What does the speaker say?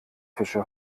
fische